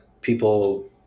people